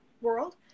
world